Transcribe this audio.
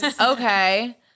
Okay